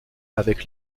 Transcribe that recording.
avec